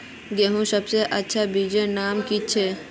गेहूँर सबसे अच्छा बिच्चीर नाम की छे?